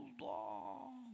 long